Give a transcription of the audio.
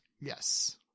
Yes